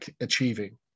achieving